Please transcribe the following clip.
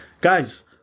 guys